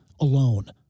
alone